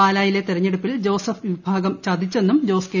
പാലായിലെ തെരഞ്ഞെടുപ്പിൽ ജോസഫ് വിഭാഗം ചതിച്ചെന്നും ജോസ് കെ